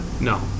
No